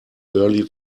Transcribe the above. early